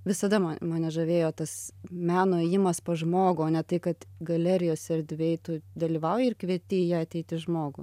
visada ma mane žavėjo tas meno ėjimas pas žmogų o ne tai kad galerijos erdvėj tu dalyvauji ir kvieti į ją ateiti žmogų